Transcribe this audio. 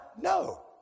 No